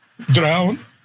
drown